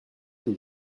que